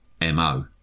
MO